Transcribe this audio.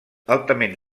altament